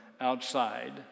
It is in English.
outside